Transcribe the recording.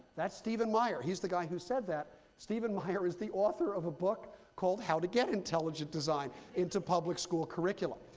that's stephen meyer. he's the guy who said that. stephen meyer is the author of a book called, how to get intelligent design into public school curriculum.